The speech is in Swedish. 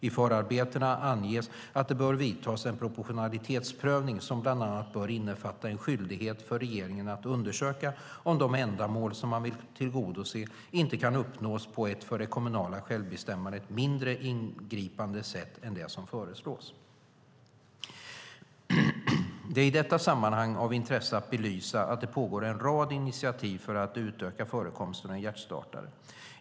I förarbetena anges att det bör vidtas en proportionalitetsprövning som bland annat bör innefatta en skyldighet för regeringen att undersöka om de ändamål som man vill tillgodose inte kan uppnås på ett för det kommunala självbestämmandet mindre ingripande sätt än det som föreslås. Det är i detta sammanhang av intresse att belysa att det pågår en rad initiativ till att utöka förekomsten av hjärtstartare.